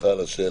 סליחה על השאלה.